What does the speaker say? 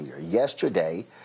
Yesterday